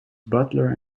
butler